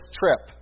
trip